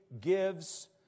gives